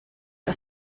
aus